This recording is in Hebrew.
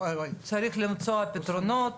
צריך למצוא פתרונות.